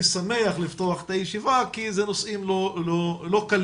שמח לפתוח את הישיבה כי אלה נושאים לא קלים.